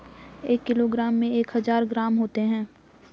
एक किलोग्राम में एक हजार ग्राम होते हैं